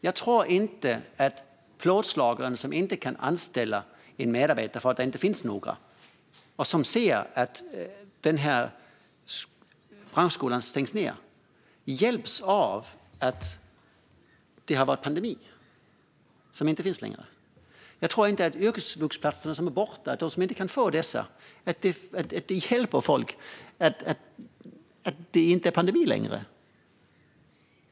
Jag tror inte att plåtslagaren som inte kan anställa en medarbetare eftersom det inte finns några att anställa och som ser att branschskolan stängs ned hjälps av att det har varit en pandemi som inte längre finns. Jag tror inte att det hjälper folk som inte kan få de yrkesvuxplatser som nu är borta att det inte är pandemi längre.